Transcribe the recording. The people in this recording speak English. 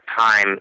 time